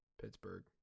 Pittsburgh